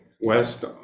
west